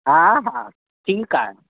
हा हा ठीकु आहे